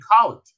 college